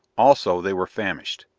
also they were famished.